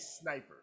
sniper